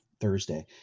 Thursday